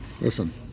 Listen